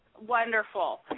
Wonderful